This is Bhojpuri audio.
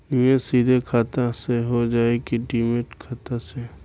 निवेश सीधे खाता से होजाई कि डिमेट खाता से?